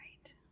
right